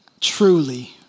truly